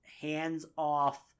hands-off